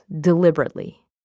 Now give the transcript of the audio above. deliberately